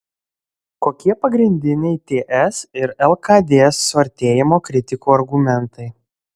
kokie pagrindiniai ts ir lkd suartėjimo kritikų argumentai